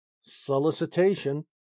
Solicitation